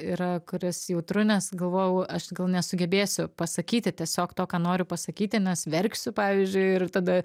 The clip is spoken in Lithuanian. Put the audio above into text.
yra kurias jautru nes galvojau aš gal nesugebėsiu pasakyti tiesiog to ką noriu pasakyti nes verksiu pavyzdžiui ir tada